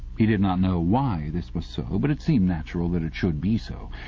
he did not know why this was so, but it seemed natural that it should be so.